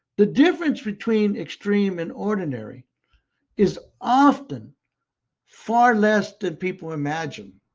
the difference between extreme and ordinary is often far less than people imagine.